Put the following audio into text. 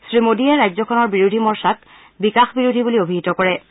শ্ৰী মোডীয়ে ৰাজ্যখনৰ বিৰোধী মৰ্চাক বিকাশ বিৰোধী বুলি অভিযোগ তোলে